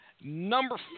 Number